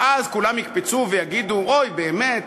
ואז כולם יקפצו ויגידו: אוי באמת,